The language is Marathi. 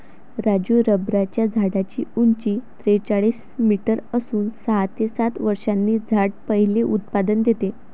राजू रबराच्या झाडाची उंची त्रेचाळीस मीटर असून सहा ते सात वर्षांनी झाड पहिले उत्पादन देते